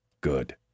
good